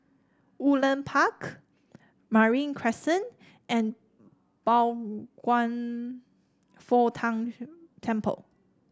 Woodleigh Park Marine Crescent and Pao Kwan Foh Tang Temple